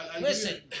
Listen